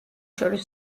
შორის